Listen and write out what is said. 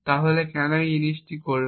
তাহলে কেন এই জিনিস কাজ করবে